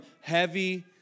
heavy